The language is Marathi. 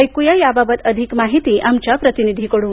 ऐकुया याबाबत अधिक माहिती आमच्या प्रतिनिधीकडून